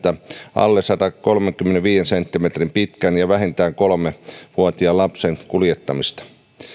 alle satakolmekymmentäviisi senttimetriä pitkän ja vähintään kolme vuotiaan lapsen kuljettamista